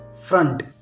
front